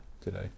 today